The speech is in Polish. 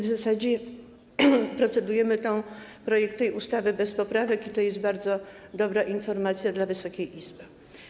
W zasadzie procedujemy nad projektem tej ustawy bez poprawek i to jest bardzo dobra informacja dla Wysokiej Izby.